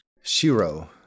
Shiro